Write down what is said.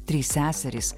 trys seserys